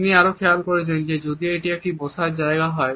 আপনি আরও খেয়াল করেছেন যে এটি যদি এমন একটি বসার জায়গা হয়